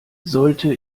sollte